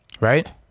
Right